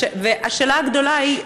השאלה הגדולה היא,